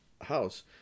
house